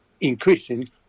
increasing